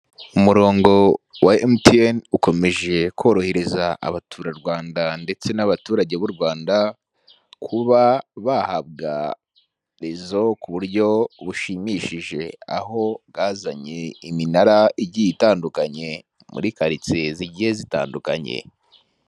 Umurongo wa emutiyeni (MTN) ukomeje korohereza abaturarwanda ndetse n'abaturage b'u Rwanda kuba bahabwa rezo ku buryo bushimishije aho bwazanye iminara igiye itandukanye muri karitsiye zigiye z'itandukanye.